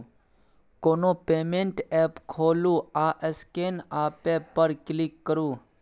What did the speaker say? कोनो payment app खोलु आ स्कैन आ पे पर क्लिक करु